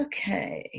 Okay